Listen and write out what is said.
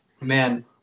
man